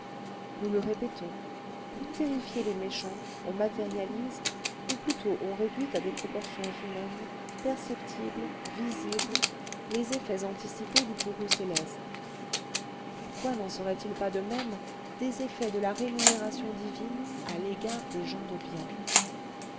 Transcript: nous le répétons pour terrifier les méchants on matérialise ou plutôt on réduit à des proportions humaines perceptibles visibles les effets anticipés du courroux céleste pourquoi n'en serait-il pas de même des effets de la rémunération divine à l'égard des gens de bien